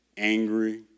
angry